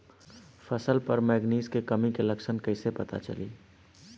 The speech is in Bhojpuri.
फसल पर मैगनीज के कमी के लक्षण कइसे पता चली?